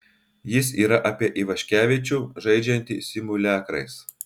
jis yra apie ivaškevičių žaidžiantį simuliakrais